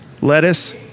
lettuce